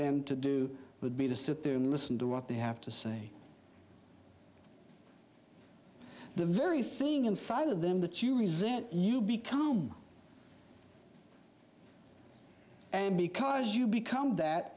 been to do would be to sit there and listen to what they have to say the very thing inside of them that you resent you become and because you become that